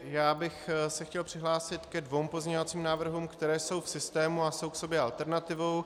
Já bych se chtěl přihlásit ke dvěma pozměňovacímu návrhům, které jsou v systému a jsou k sobě alternativou.